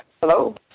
Hello